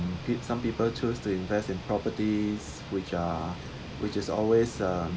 some people choose to invest in properties which are which is always uh